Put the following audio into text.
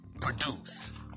produce